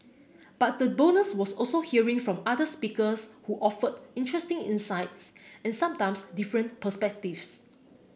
but the bonus was also hearing from other speakers who offered interesting insights and sometimes different perspectives